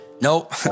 nope